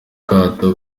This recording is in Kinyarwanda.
kato